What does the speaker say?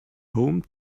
home